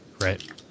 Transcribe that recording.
right